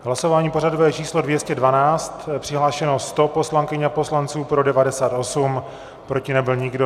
Hlasování pořadové číslo 212, přihlášeno 100 poslankyň a poslanců, pro 98, proti nebyl nikdo.